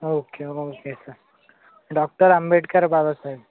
okay okay sir doctor Ambedkar Babasaheb